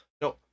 No